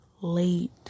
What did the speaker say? late